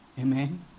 Amen